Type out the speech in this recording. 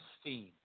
steam